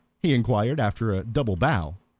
he inquired, after a double bow.